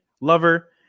lover